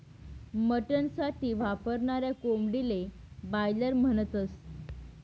mutton साठी वापरनाऱ्या कोंबडीले बायलर म्हणतस